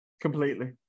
Completely